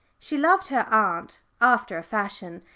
she loved her aunt after a fashion,